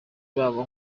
babo